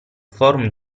forum